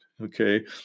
Okay